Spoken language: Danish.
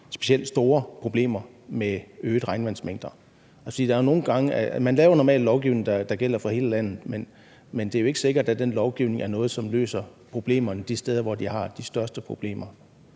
specielt store problemer med øgede regnvandsmængder. Man laver jo normalt lovgivning, der gælder for hele landet, men det er jo ikke sikkert, at den lovgivning er noget, der løser problemerne de steder, hvor de har de største problemer.